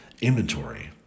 inventory